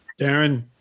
Darren